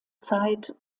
zeit